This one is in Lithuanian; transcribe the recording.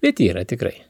bet yra tikrai